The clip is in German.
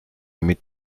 mit